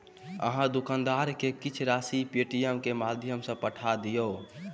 अहाँ दुकानदार के किछ राशि पेटीएमम के माध्यम सॅ पठा दियौ